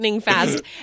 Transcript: fast